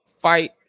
fight